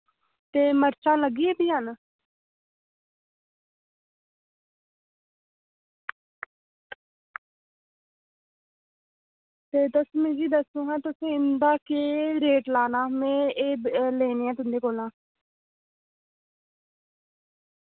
ते मर्चां लग्गी गेदियां न ते तुस मिगी दस्सो हां कि तुसें इं'दा केह् रेट लाना में एह् लेनियां तुंदे कोला